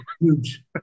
huge